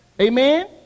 Amen